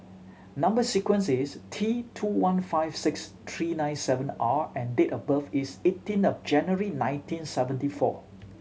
number sequence is T two one five six three nine seven R and date of birth is eighteen of January nineteen seventy four